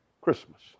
Christmas